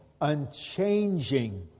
unchanging